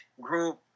group